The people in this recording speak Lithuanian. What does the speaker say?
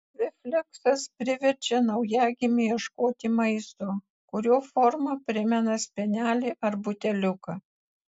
refleksas priverčia naujagimį ieškoti maisto kurio forma primena spenelį ar buteliuką